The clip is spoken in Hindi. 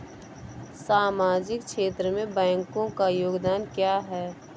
सामाजिक क्षेत्र में बैंकों का योगदान क्या है?